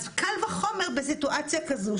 אז קל וחומר בסיטואציה כזאת,